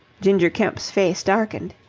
ginger kemp's face darkened.